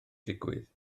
digwydd